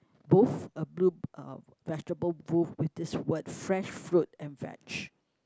booth a blue uh vegetable booth with these word fresh fruit and veg